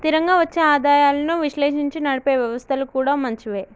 స్థిరంగా వచ్చే ఆదాయాలను విశ్లేషించి నడిపే వ్యవస్థలు కూడా మంచివే